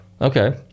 Okay